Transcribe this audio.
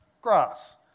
Grass